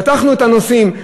פתחנו את הנושאים,